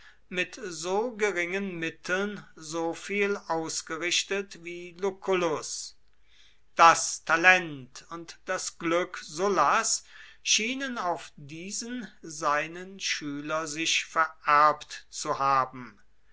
mit so geringen mitteln so viel ausgerichtet wie lucullus das talent und das glück sullas schienen auf diesen seinen schüler sich vererbt zu haben